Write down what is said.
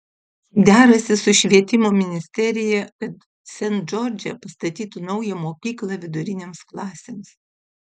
derasi su švietimo ministerija kad sent džordže pastatytų naują mokyklą vidurinėms klasėms